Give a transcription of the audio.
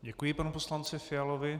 Děkuji panu poslanci Fialovi.